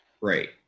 Right